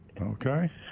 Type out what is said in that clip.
Okay